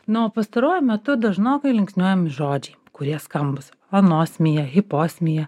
na o pastaruoju metu dažnokai linksniuojami žodžiai kurie skambūs anosmija hiposmija